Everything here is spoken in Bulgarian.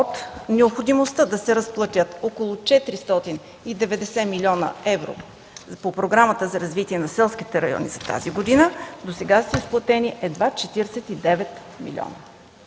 за необходимостта да се разплатят около 490 млн. евро по Програмата за развитие на селските райони за тази година, досега са изплатени едва 49 милиона.